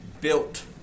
built